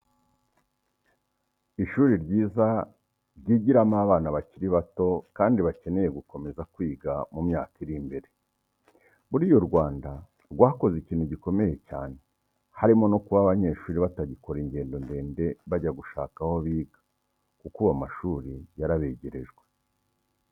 Ishuri ryiza ryigiramo abana bakiri bato kandi bakeneye gukomeza kwiga mu myaka iri imbere, buriya u Rwanda rwakoze ikintu gikomeye cyane harimo no kuba abanyeshuri batagikora ingendo ndende bajya gushaka aho biga kuko ubu amashuri yarabegerejwe.